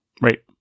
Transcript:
Right